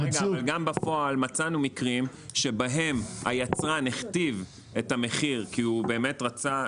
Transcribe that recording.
וגם בפועל מצאנו מקרים שבהם היצרן הכתיב את המחיר כי הוא באמת רצה,